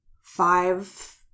five